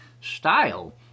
Style